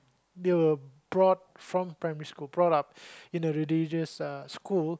they were brought from primary school brought up in a religious uh school